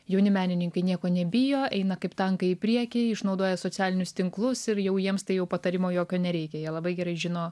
jauni menininkai nieko nebijo eina kaip tankai į priekį išnaudoja socialinius tinklus ir jau jiems tai jau patarimo jokio nereikia jie labai gerai žino